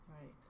Right